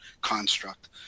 construct